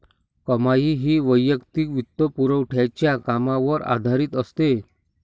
कमाई ही वैयक्तिक वित्तपुरवठ्याच्या कामावर आधारित असते